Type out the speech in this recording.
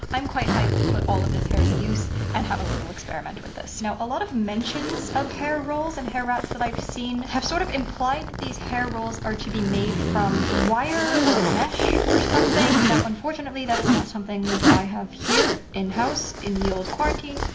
i'm quite hyped to put all of this hair to use and have a little experiment with this. now, a lot of mentions of hair rolls and hair rats that i've seen have sort of implied these hair rolls are to be made from wire or mesh or something. now, unfortunately, that is not something that i have here in-house in ye olde quarantine.